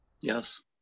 yes